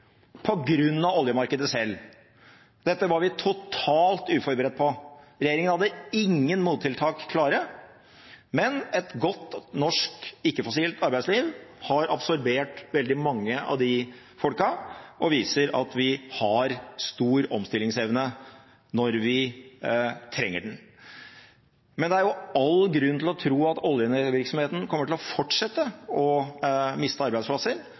av oljemarkedet selv. Dette var vi totalt uforberedt på. Regjeringen hadde ingen mottiltak klare, men et godt norsk ikke-fossilt arbeidsliv har absorbert veldig mange av de folkene, og viser at vi har stor omstillingsevne når vi trenger den. Men det er all grunn til å tro at oljevirksomheten kommer til å fortsette å miste arbeidsplasser,